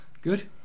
good